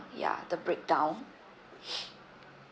ya the breakdown